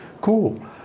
cool